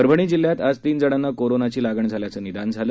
परभणी जिल्ह्यात आज तीन जणांना कोरोनाची लागण झाल्याचं निदान झालं